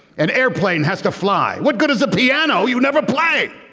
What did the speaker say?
an airplane has to fly. what good is a piano you never play?